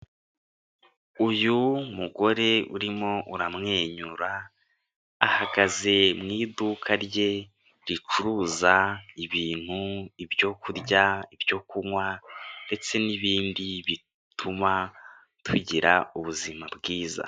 Uyu mugore urimo uramwenyura, ahagaze mu iduka rye ricuruza ibintu: ibyokurya, ibyokunywa, ndetse n'ibindi bituma tugira ubuzima bwiza.